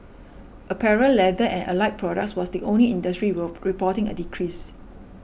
apparel leather and allied products was the only industry raw reporting a decrease